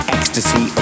Ecstasy